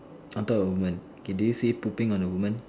under a woman okay do you see pooping on the woman